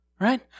right